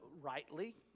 rightly